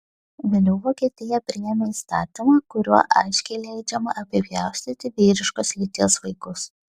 vėliau vokietija priėmė įstatymą kuriuo aiškiai leidžiama apipjaustyti vyriškos lyties vaikus